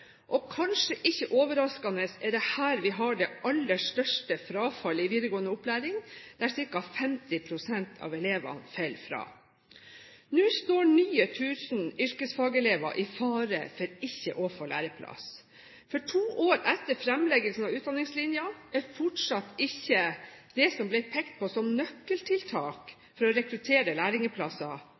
og – kanskje ikke overraskende – er det her vi har det aller største frafallet i videregående opplæring – ca. 50 pst. av elevene faller fra. Nå står nye tusen yrkesfagelever i fare for ikke å få læreplass, for to år etter fremleggelsen av Utdanningslinja er fortsatt ikke det som ble pekt på som nøkkeltiltak for å rekruttere lærlingplasser,